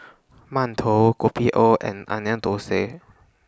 mantou Kopi O and Onion Thosai